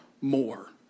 more